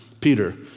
Peter